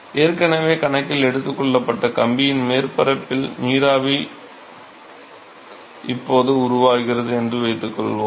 ஏற்கனவே கணக்கில் எடுத்துக் கொள்ளப்பட்ட கம்பியின் மேற்பரப்பில் நீராவி இப்போது உருவாகிறது என்று வைத்துக்கொள்வோம்